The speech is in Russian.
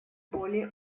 более